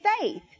faith